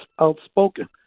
outspoken